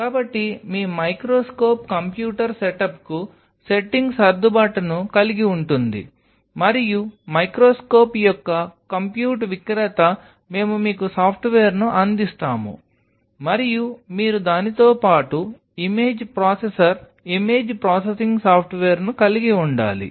కాబట్టి మీ microscope computer సెటప్కు సెట్టింగ్ సర్దుబాటును కలిగి ఉంటుంది మరియు మైక్రోస్కోప్ యొక్క కంప్యూట్ విక్రేత మేము మీకు సాఫ్ట్వేర్ను అందిస్తాము మరియు మీరు దానితో పాటు ఇమేజ్ ప్రాసెసర్ ఇమేజ్ ప్రాసెసింగ్ సాఫ్ట్వేర్ను కలిగి ఉండాలి